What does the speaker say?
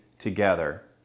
together